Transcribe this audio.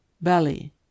Belly